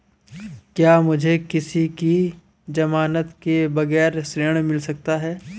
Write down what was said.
क्या मुझे किसी की ज़मानत के बगैर ऋण मिल सकता है?